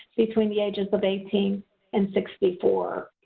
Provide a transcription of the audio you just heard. between the ages of eighteen and sixty four.